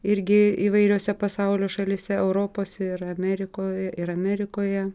irgi įvairiose pasaulio šalyse europos ir amerikoj ir amerikoje